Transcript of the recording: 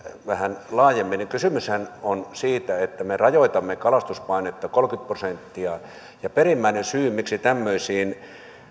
vähän laajemmin niin kysymyshän on siitä että me rajoitamme kalastuspainetta kolmekymmentä prosenttia ja perimmäinen syy miksi tämmöisiin